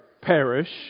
perish